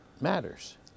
matters